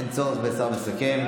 אין צורך בשר מסכם.